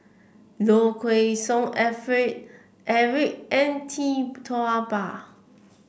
Low Kway Song Alfred Eric and Tee Tua Ba